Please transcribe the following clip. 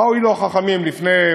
מה הועילו החכמים לפני,